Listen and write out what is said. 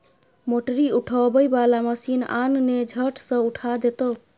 मोटरी उठबै बला मशीन आन ने झट सँ उठा देतौ